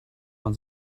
man